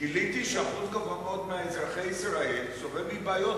גיליתי שאחוז גבוה מאוד מאזרחי ישראל סובלים מבעיות